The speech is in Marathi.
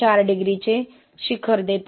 4 डिग्रीचे शिखर देते